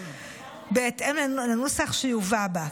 בהתאם לנוסח שיובא בה.